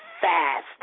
Fast